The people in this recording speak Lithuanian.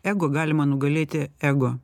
jeigu galima nugalėti ego